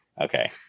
Okay